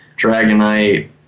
Dragonite